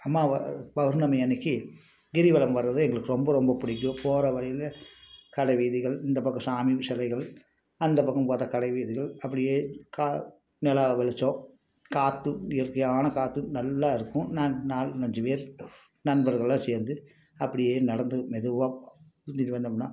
அம்மாவாசை பௌர்ணமி அன்றைக்கு கிரிவலம் வர்றது எங்களுக்கு ரொம்ப ரொம்ப பிடிக்கும் போகிற வழியில கடை வீதிகள் இந்த பக்கம் சாமி சிலைகள் அந்த பக்கம் பார்த்தா கடை வீதிகள் அப்படியே நிலா வெளிச்சம் காற்று இயற்கையான காற்று நல்லா இருக்கும் நாங்கள் நாலஞ்சு பேர் நண்பர்களாக சேர்ந்து அப்படியே நடந்து மெதுவாக சுத்திட்டு வந்தோம்னா